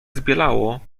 zbielało